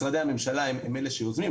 משרדי הממשלה הם אלה שיוזמים.